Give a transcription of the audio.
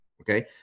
Okay